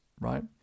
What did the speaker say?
right